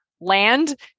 land